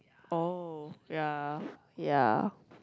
oh ya ya